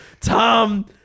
Tom